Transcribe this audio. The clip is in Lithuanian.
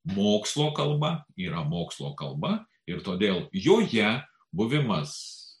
mokslo kalba yra mokslo kalba ir todėl joje buvimas